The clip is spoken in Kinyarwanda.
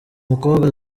mukobwa